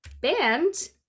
band